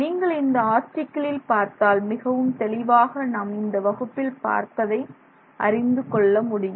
நீங்கள் இந்த ஆர்டிகிளில் பார்த்தால் மிகவும் தெளிவாக நாம் இந்த வகுப்பில் பார்த்ததை அறிந்து கொள்ள முடியும்